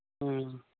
ਹਮ